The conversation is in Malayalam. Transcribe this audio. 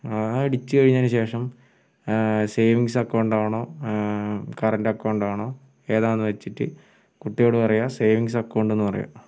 ആ അടിച്ചു കഴിഞ്ഞതിനു ശേഷം സേവിങ്ങ്സ് അക്കൗണ്ട് ആണോ കറണ്ട് അക്കൗണ്ട് ആണോ ഏതാണെന്നു വച്ചിട്ട് കുട്ടിയോട് പറയുക സേവിങ്ങ്സ് അക്കൗണ്ട് എന്നു പറയുക